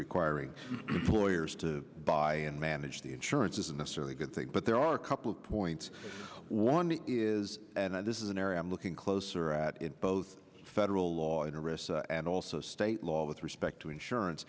requiring employers to buy and manage the insurance isn't necessarily a good thing but there are a couple of points one is this is an area i'm looking closer at it both federal law interests and also state law with respect to insurance